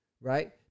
right